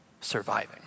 surviving